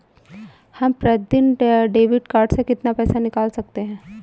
हम प्रतिदिन debit card से कितना पैसा निकाल सकते हैं?